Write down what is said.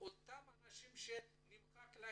שאותם אנשים ידעו